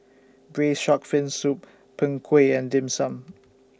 Braised Shark Fin Soup Png Kueh and Dim Sum